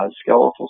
skeletal